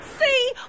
See